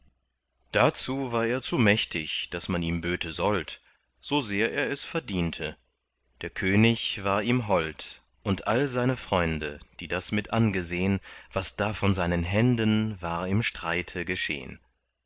dazu war er zu mächtig daß man ihm böte sold so sehr er es verdiente der könig war ihm hold und all seine freunde die das mit angesehn was da von seinen händen war im streite geschehn